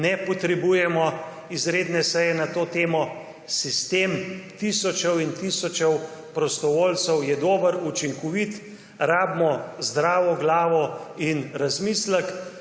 ne potrebujemo izredne seje na to temo. Sistem tisočev in tisočev prostovoljcev je dober, učinkovit. Rabimo zdravo glavo in razmislek,